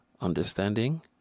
understanding